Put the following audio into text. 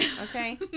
Okay